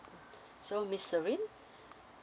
so miss serene